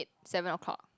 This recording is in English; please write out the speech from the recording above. eight seven o-clock